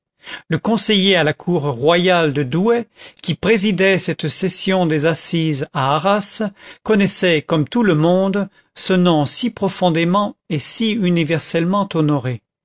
le conseiller à la cour royale de douai qui présidait cette session des assises à arras connaissait comme tout le monde ce nom si profondément et si universellement honoré